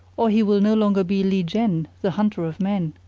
or he will no longer be lieh jen, the hunter of men.